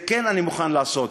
את זה כן אני מוכן לעשות,